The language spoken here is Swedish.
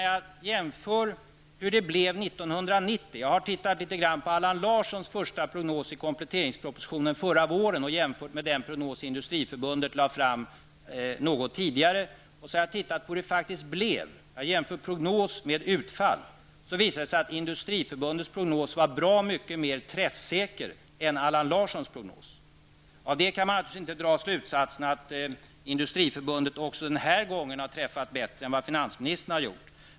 Jag har tittat litet grand på Allan Larssons första prognos i kompletteringspropositionen förra våren och den prognos som Industriförbundet lade fram något tidigare samt jämfört prognos med utfall. Det visar sig att Industriförbundets prognos var bra mycket mer träffsäker än Allan Larssons prognos. Av det kan man naturligtvis inte dra slutsatsen att Industriförbundet även denna gång har träffat mer rätt än vad finansministern har gjort.